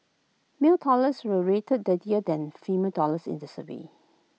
male toilets were rated dirtier than female toilets in the survey